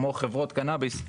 כמו בחברות קנביס,